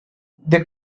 they